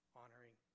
honoring